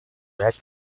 red